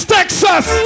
Texas